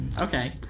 okay